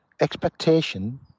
expectation